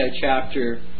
chapter